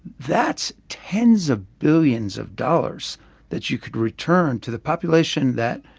that's tens of billions of dollars that you could return to the population that,